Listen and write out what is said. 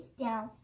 down